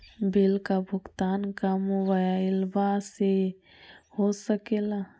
Bill का भुगतान का मोबाइलवा से हो सके ला?